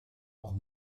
auch